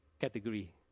category